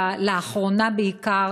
לאחרונה בעיקר,